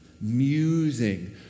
musing